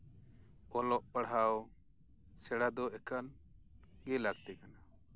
ᱚᱞᱚᱜ ᱯᱟᱲᱦᱟᱣ ᱥᱮᱬᱟ ᱫᱚ ᱮᱠᱟᱞ ᱜᱮ ᱞᱟᱹᱠᱛᱤ ᱠᱟᱱᱟ